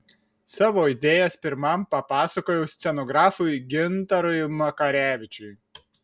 savo idėjas pirmam papasakojau scenografui gintarui makarevičiui